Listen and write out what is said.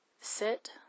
Sit